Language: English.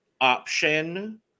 option